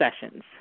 sessions